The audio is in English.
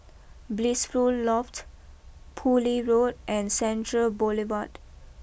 Blissful Loft Poole Road and Central Boulevard